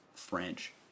French